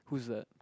who's that